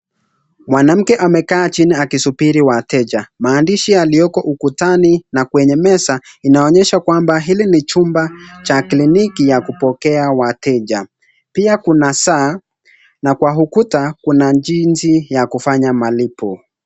Mwanamke amekaa chini akisubiri wateja. Maandishi yaliyoko ukutani na kwenye meza inaonyesha kwamba hili ni chumba cha kliniki ya kupokea wateja. Pia kuna saa na kwa ukuta kuna jinsi ya kufanya malipo.